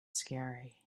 scary